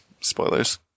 spoilers